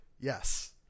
yes